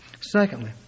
Secondly